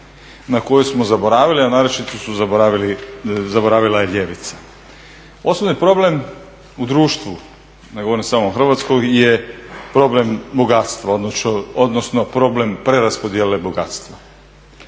na koju smo zaboravili, a naročito je zaboravila ljevica. Osnovni problem u društvu, ne govorim samo o Hrvatskoj je problem bogatstva, odnosno problem preraspodjele bogatstva.